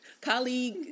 colleague